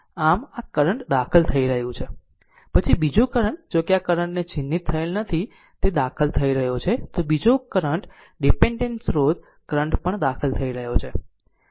પછી બીજો કરંટ જોકે આ કરંટ ને ચિહ્નિત થયેલ નથી તે દાખલ થઈ રહ્યો છે તો બીજો કરંટ ડીપેન્ડેન્ટ સ્રોત કરંટ પણ દાખલ થઈ રહ્યો છે